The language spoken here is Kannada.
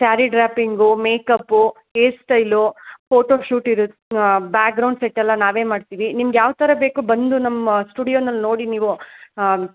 sari draping makeup hair style photo shoot ಇರುತ್ತೆ ಬ್ಯಾಗ್ರೌಂಡ್ ಸೆಟ್ ಎಲ್ಲ ನಾವೇ ಮಾಡ್ತೀವಿ ನಿಮ್ಗೆ ಯಾವ ಥರ ಬೇಕು ಬಂದು ನಮ್ಮ ಸ್ಟುಡಿಯೋದಲ್ಲಿ ನೋಡಿ ನೀವು